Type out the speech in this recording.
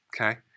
Okay